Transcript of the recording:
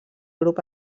grup